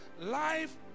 Life